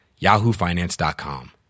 yahoofinance.com